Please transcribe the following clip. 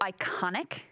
iconic